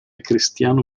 cristiano